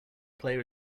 player